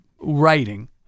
writing